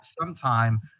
sometime